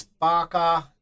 barker